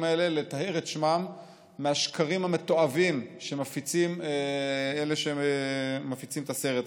האלה לטהר את שמם מהשקרים המתועבים שמפציצים אלה שמפיצים את הסרט הזה.